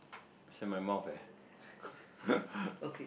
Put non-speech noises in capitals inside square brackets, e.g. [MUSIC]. it's in my mouth eh [LAUGHS]